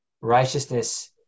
righteousness